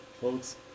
folks